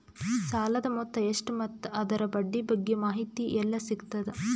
ಸಾಲದ ಮೊತ್ತ ಎಷ್ಟ ಮತ್ತು ಅದರ ಬಡ್ಡಿ ಬಗ್ಗೆ ಮಾಹಿತಿ ಎಲ್ಲ ಸಿಗತದ?